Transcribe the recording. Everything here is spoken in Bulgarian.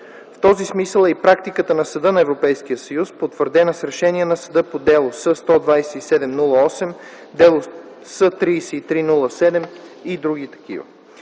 В този смисъл е и практиката на Съда на ЕС, потвърдена с решения на Съда по Дело С-127/08, Дело C-33/07 и др.